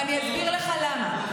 ואני אסביר לך למה.